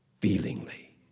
feelingly